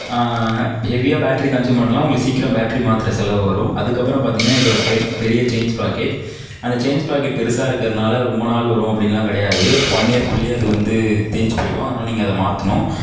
ஹெவியாக battery consume பண்ணிணா உங்களுக்கு சீக்கிரம் பேட்ரி மாற்றுற செலவு வரும் அதுக்கப்புறம் பார்த்திங்கனா இதோட பெரிய செயின் பிராக்கெட் அந்த செயின்ஸ் பிராக்கெட் பெருசாயிருக்குறதுனால ரொம்ப நாள் வரும் அப்படின்லாம் கிடையாது ஒன் இயர் குள்ளேயே அது வந்து தேஞ்சு போயிடும் அதனால நீங்கள் அதை மாற்றணும்